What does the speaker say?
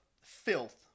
filth